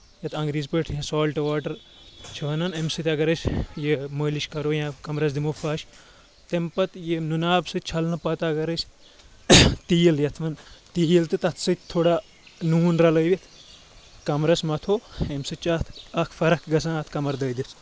یَتھ انگریٖز پٲٹھۍ سالٹہٕ واٹر چھِ ونان امہِ سۭتۍ اگر أسۍ یہِ مٲلِش کرو یا کمرس دِمو فَش تمہِ پتہٕ یہِ نُنہٕ آب سۭتۍ چھَلنہٕ پتہٕ اَگر أسۍ تیٖل یَتھ وَن تیٖل تہٕ تتھ سۭتۍ تھوڑا نوٗن رَلٲوِتھ کمرس متھو امہِ سۭتۍ چھِ اتھ اکھ فرکھ گژھان اتھ کَمر دٲدِس